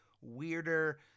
weirder